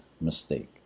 mistake